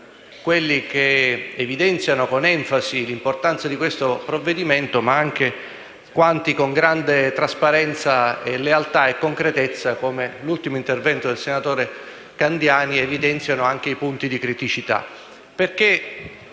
che hanno evidenziano con enfasi l'importanza del provvedimento, sia quanti, con grande trasparenza, lealtà e concretezza (penso all'ultimo intervento del senatore Candiani), hanno evidenziato anche i punti di criticità. Perché